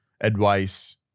advice